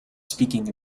speaking